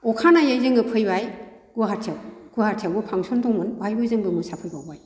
अखानायै जोङो फैबाय गुवाहाटीयाव गुवाहाटिआवबो फांसन दंमोन बेहायबो जों मोसाफैबावबाय